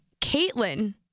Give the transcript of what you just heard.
Caitlin